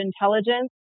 intelligence